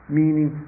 meaning